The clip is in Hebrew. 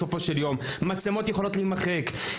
בסופו של יום; מצלמות יכולות להימחק.